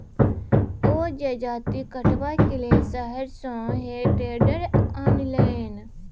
ओ जजाति कटबाक लेल शहर सँ हे टेडर आनलनि